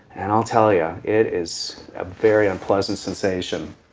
and i'll tell you it is a very unpleasant sensation.